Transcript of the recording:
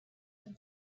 him